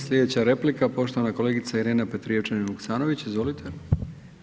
Sljedeća replika poštovana kolegica Irena Petrijevčanin Vuksanović.